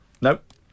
Nope